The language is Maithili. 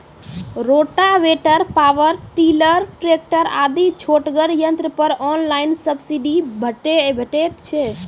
रोटावेटर, पावर टिलर, ट्रेकटर आदि छोटगर यंत्र पर ऑनलाइन सब्सिडी भेटैत छै?